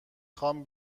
خوام